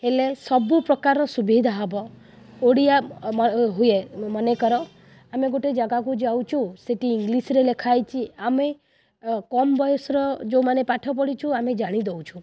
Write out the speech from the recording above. ହେଲେ ସବୁ ପ୍ରକାରର ସୁବିଧା ହେବ ଓଡ଼ିଆ ମ ହୁଏ ମନେକର ଆମେ ଗୋଟେ ଜାଗାକୁ ଯାଉଛୁ ସେଠି ଇଂଲିଶ୍ରେ ଲେଖା ହୋଇଛି ଆମେ କମ୍ ବୟସର ଯେଉଁମାନେ ପାଠ ପଢ଼ିଛୁ ଆମେ ଜାଣିଦେଉଛୁ